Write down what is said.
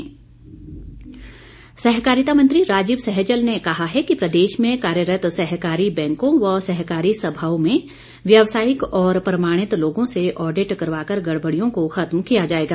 विधानसभा चर्चा सहकारिता मंत्री राजीव सहजल ने कहा है कि प्रदेश में कार्यरत्त सहकारी बैंकों व सहकारी सभाओं में व्यवसायिक और प्रमाणित लोगों से ऑडिट करवा कर गड़बड़ियों को खत्म किया जाएगा